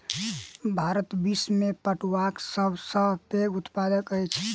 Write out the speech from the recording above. भारत विश्व में पटुआक सब सॅ पैघ उत्पादक अछि